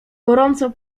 gorąco